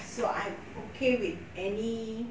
so I'm okay with any